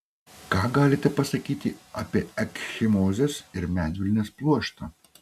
ką galite pasakyti apie ekchimozes ir medvilnės pluoštą